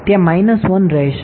ત્યાં માઇનસ 1 રહેશે